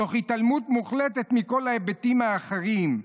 תוך התעלמות מוחלטת מכל ההיבטים האחרים,